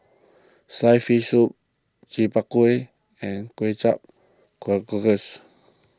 Sliced Fish Soup Chi Kuih and Kway Teow Cockles